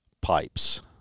pipes